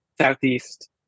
southeast